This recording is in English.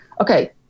okay